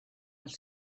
els